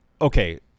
Okay